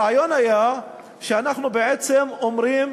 הרעיון היה שאנחנו אומרים,